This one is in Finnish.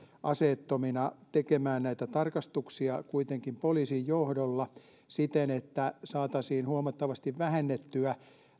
aseettomina tekemään näitä tarkastuksia kuitenkin poliisin johdolla siten että saataisiin huomattavasti vähennettyä